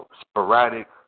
sporadic